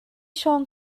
siôn